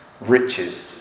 riches